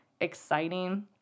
exciting